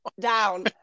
down